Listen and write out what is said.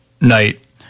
night